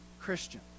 Christian